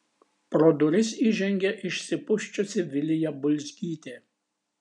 pro duris įžengė išsipusčiusi vilija bulzgytė